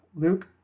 luke